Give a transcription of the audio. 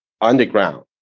underground